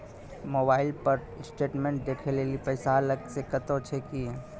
Mobile पर statement देखे लेली पैसा अलग से कतो छै की?